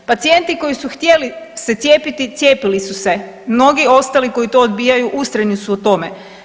Pacijenti koji su htjeli se cijepiti, cijepili su se, mnogi ostali koji to odbijaju ustrajni su u tome.